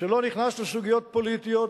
שלא נכנס לסוגיות פוליטיות,